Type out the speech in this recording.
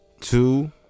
two